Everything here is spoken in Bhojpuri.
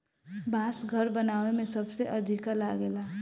बांस घर बनावे में सबसे अधिका लागेला